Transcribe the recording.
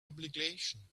obligation